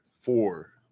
Four